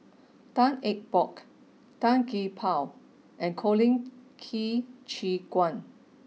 Tan Eng Bock Tan Gee Paw and Colin Qi Zhe Quan